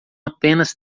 apenas